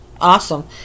Awesome